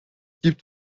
gibt